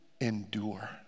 endure